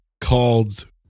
called